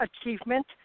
achievement